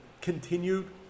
continued